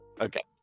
Okay